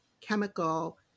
chemical